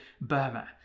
Burma